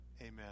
Amen